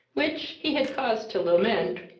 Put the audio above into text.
which, he had cause to lament,